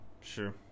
Sure